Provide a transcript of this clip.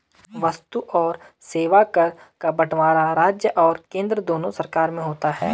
वस्तु और सेवा कर का बंटवारा राज्य और केंद्र दोनों सरकार में होता है